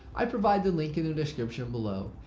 i provided the link in the the description below.